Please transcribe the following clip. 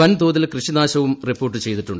വൻ തോതിൽ കൃഷിനാശവും റിപ്പോർട്ട് ചെയ്തിട്ടുണ്ട്